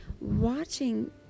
watching